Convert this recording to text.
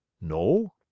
No